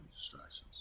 distractions